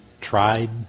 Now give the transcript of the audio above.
tried